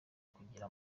kugira